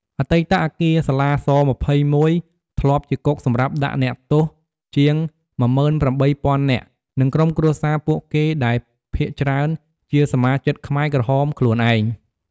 អតីតអគារសាលារៀន ស-២១ ធ្លាប់ជាគុកសម្រាប់ដាក់អ្នកទោសជាង ១៨ ០០០នាក់ និងក្រុមគ្រួសារពួកគេដែលភាគច្រើនជាសមាជិកខ្មែរក្រហមខ្លួនឯង។